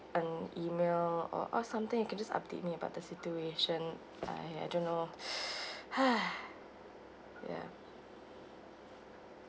an email or or something you could just update me about the situation I I don't know ha ya